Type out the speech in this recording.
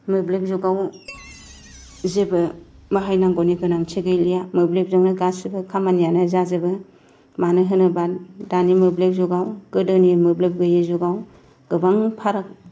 मोब्लिब जुगाव जेबो बाहायनांगौनि गोनांथि गैलिया मोब्लिबजोंनो गासै खामानिया जाजोबो मानो होनोबा दानि मोब्लिब जुगाव गोदोनि मोब्लिब गैयि जुगाव गोबां फाराग